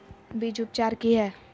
बीज उपचार कि हैय?